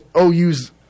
OU's